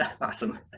Awesome